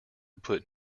put